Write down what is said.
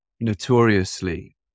notoriously